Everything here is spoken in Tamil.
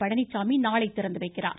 பழனிச்சாமி நாளை திறந்துவைக்கிறார்